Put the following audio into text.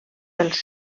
pels